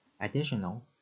Additional